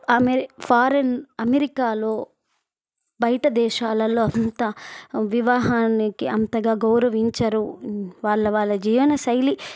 అమెరి foreign అమెరికాలో బయట దేశాలలో అంత వివాహానికి అంతగా గౌరవించరు వాళ్ళ వాళ్ళ జీవనశైలి